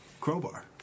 crowbar